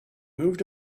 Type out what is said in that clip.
moved